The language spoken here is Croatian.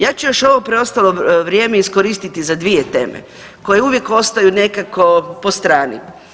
Ja ću još ovo preostalo vrijeme iskoristiti za dvije teme koje uvijek ostaju nekako po strani.